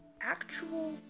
actual